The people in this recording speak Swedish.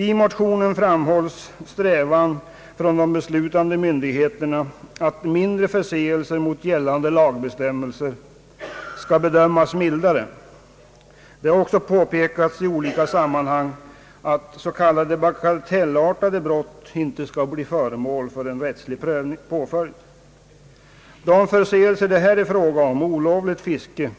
I motionen framhålles att mindre förseelser mot gällande lagbestämmelser bör bedömas mildare från de beslutande myndigheternas sida. Det har också påpekats i olika sammanhang att s.k. bagatellartade brott inte bör bli föremål för rättslig påföljd. De förseelser det här är fråga om, olovligt fiske,